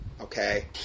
okay